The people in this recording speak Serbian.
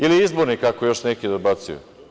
Ili izborni, kako još neki dobacuju.